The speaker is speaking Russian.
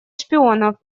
шпионов